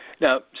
Now